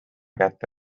kätte